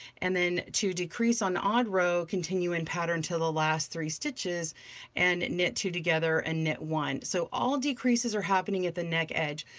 and then to decrease on the odd row, continue in pattern till the last three stitches and knit two together and knit one. so all decreases are happening at the neck edge.